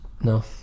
No